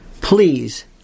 please